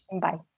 Bye